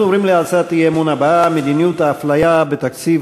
אנחנו עוברים להצעת האי-אמון הבאה: מדיניות האפליה בתקציב